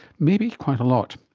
maybe quite a lot.